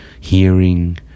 hearing